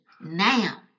now